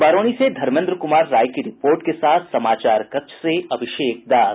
बरौनी से धर्मेन्द्र कुमार राय की रिपोर्ट के साथ समाचार कक्ष से अभिषेक दास